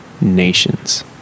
nations